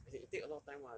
as in it take a lot of time [what]